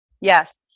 Yes